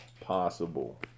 possible